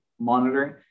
monitoring